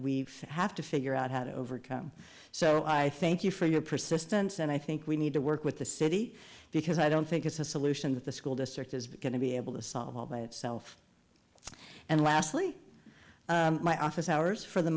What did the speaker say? we have to figure out how to overcome so i thank you for your persistence and i think we need to work with the city because i don't think it's a solution that the school district is going to be able to solve all by itself and lastly my office hours for the